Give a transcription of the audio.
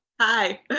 Hi